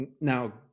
Now